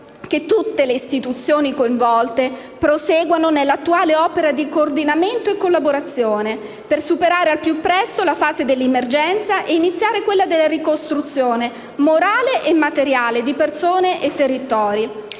tutte le istituzioni coinvolte proseguano nell'attuale opera di coordinamento e collaborazione per superare al più presto la fase dell'emergenza e iniziare quella della ricostruzione morale e materiale, di persone e territori.